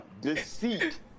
deceit